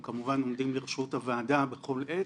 הם כמובן עומדים לרשות הוועדה בכל עת.